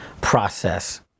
process